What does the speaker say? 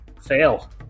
fail